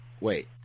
Wait